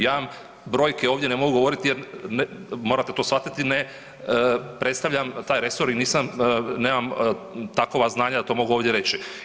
Ja imam brojke ovdje, ne mogu govorit jer morate to shvatiti ne, predstavljam taj resor i nisam, nemam takova znanja da to mogu ovdje reći.